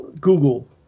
Google